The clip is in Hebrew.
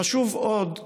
חשוב עוד שנזכור,